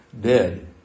dead